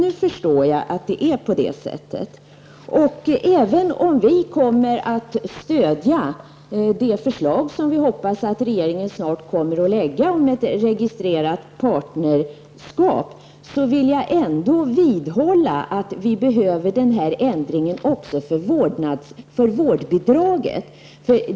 Nu förstår jag att det är så. Även om vi kommer att stödja det förslag som vi hoppas att regeringen snart kommer att lägga fram om ett registrerat partnerskap, vill jag ändå vidhålla att vi behöver den här förändringen också för vårdbidraget.